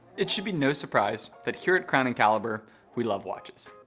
it should be no surprise that here at crown and caliber we love watches.